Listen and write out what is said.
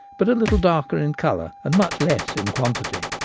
but a little darker in colour and much less in quantity.